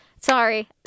sorry